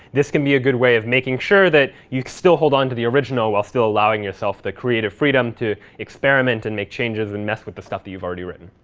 this can be a good way of making sure that you still hold on to the original while still allowing yourself the creative freedom to experiment, and make changes, and mess with the stuff that you've already written.